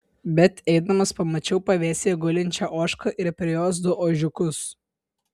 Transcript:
bet eidamas pamačiau pavėsyje gulinčią ožką ir prie jos du ožiukus